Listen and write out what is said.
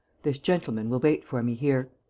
this gentleman will wait for me here.